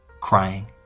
Crying